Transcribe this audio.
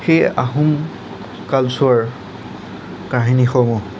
সেই আহোম কালছোৱাৰ কাহিনী সমূহ